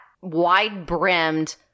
wide-brimmed